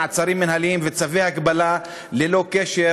מעצרים מינהליים וצווי הגבלה ללא קשר